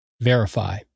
Verify